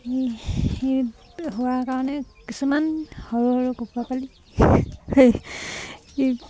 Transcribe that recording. হোৱাৰ কাৰণে কিছুমান সৰু সৰু কুকুৰা পোৱালি